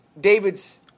David's